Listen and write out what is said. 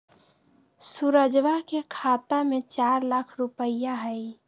सुरजवा के खाता में चार लाख रुपइया हई